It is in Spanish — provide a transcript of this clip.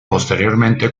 posteriormente